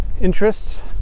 interests